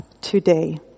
today